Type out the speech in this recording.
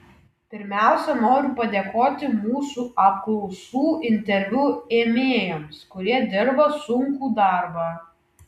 pirmiausia noriu padėkoti mūsų apklausų interviu ėmėjams kurie dirba sunkų darbą